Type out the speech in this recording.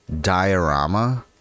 diorama